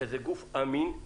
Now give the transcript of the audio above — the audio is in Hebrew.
שזה גוף אמין,